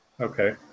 Okay